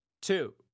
two